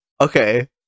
Okay